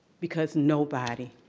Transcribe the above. because nobody,